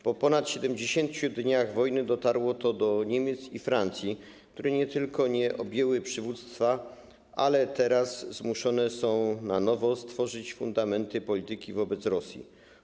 Po ponad 70 dniach wojny dotarło to do Niemiec i Francji, które nie tylko nie objęły przywództwa, ale teraz zmuszone są na nowo stworzyć fundamenty polityki wobec Rosji.